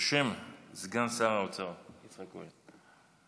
בשם סגן שר האוצר יצחק כהן.